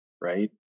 right